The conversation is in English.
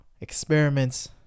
experiments